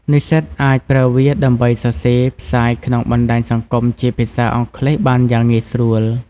និស្សិតអាចប្រើវាដើម្បីសរសេរផ្សាយក្នុងបណ្ដាញសង្គមជាភាសាអង់គ្លេសបានយ៉ាងងាយស្រួល។